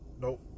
Nope